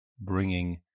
bringing